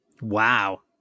wow